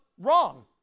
wrong